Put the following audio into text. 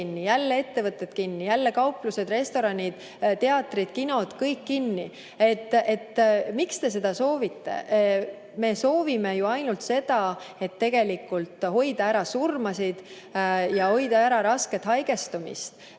jälle ettevõtted kinni, jälle kauplused, restoranid, teatrid, kinod – kõik kinni? Miks te seda soovite? Meie soovime ju tegelikult ainult seda, et hoida ära surmasid ja hoida ära rasket haigestumist.